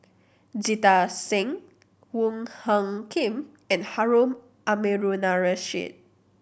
Jita Singh Wong Hung Khim and Harun Aminurrashid